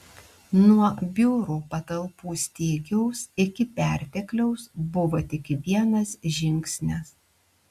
nuo biurų patalpų stygiaus iki pertekliaus buvo tik vienas žingsnis